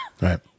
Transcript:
right